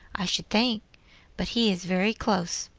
i should think but he is very close.